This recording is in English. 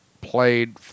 played